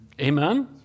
Amen